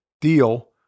deal